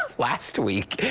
ah last week,